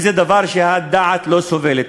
וזה דבר שהדעת לא סובלת.